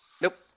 Nope